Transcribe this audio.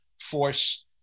force